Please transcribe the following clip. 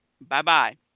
bye-bye